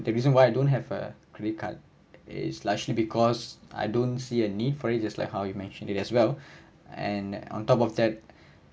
the reason why I don't have a credit card is largely because I don't see a need for it just like how you mentioned it as well and on top of that